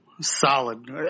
Solid